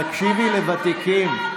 תקשיבי לוותיקים.